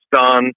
done